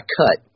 cut